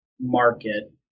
market